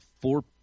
four